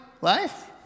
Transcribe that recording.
life